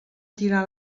tirar